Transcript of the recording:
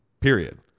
Period